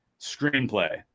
screenplay